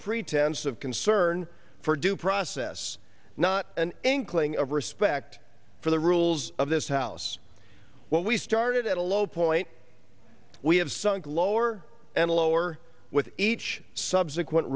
pretense of concern for due process not an inkling of respect for the rules of this house what we started at a low point we have sunk lower and lower with each subsequent